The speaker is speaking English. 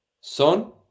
son